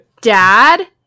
dad